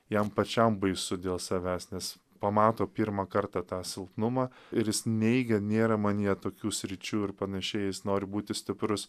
jam pačiam baisu dėl savęs nes pamato pirmą kartą tą silpnumą ir jis neigia nėra manyje tokių sričių ir panašiai jis nori būti stiprus